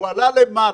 הוא עלה למעלה,